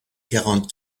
quarante